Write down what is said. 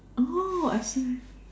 orh I see